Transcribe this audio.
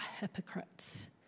hypocrites